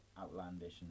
outlandish